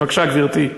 בבקשה, גברתי.